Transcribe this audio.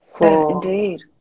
Indeed